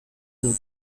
dut